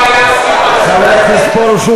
חבר הכנסת פרוש,